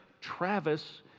Travis